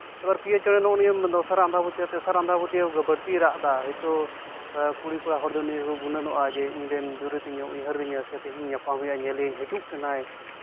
ᱮᱵᱟᱨ ᱯᱤᱭᱳ ᱪᱮᱬᱮ ᱱᱚᱜᱼᱚ ᱱᱤᱭᱟᱹ ᱫᱚᱥᱟᱨ ᱟᱸᱫᱷᱟ ᱯᱟᱹᱛᱭᱟᱹᱣ ᱛᱮᱥᱟᱨ ᱟᱸᱫᱷᱟ ᱯᱟᱹᱛᱭᱟᱹᱣ ᱦᱚᱭᱛᱳ ᱵᱟᱹᱲᱛᱤᱭ ᱨᱟᱜᱫᱟ ᱦᱚᱭᱛᱳ ᱠᱩᱲᱤ ᱠᱚᱲᱟ ᱦᱚᱲᱫᱚ ᱱᱤᱭᱟᱹ ᱠᱚ ᱜᱩᱱᱟᱹᱱᱚᱜᱼᱟ ᱡᱮ ᱤᱧᱨᱮᱱ ᱡᱩᱨᱤ ᱛᱤᱧᱮ ᱩᱭᱦᱟᱹᱨᱤᱧᱟᱹ ᱥᱮ ᱛᱮᱦᱤᱧ ᱧᱟᱯᱟᱢ ᱦᱩᱭᱩᱜᱼᱟ ᱦᱤᱡᱩᱜ ᱠᱟᱱᱟᱭ